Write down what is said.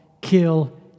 kill